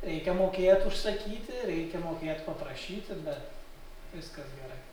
reikia mokėt užsakyti reikia mokėt paprašyti bet viskas